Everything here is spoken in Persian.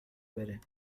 بره